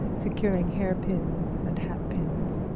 securing hair-pins and hat-pins.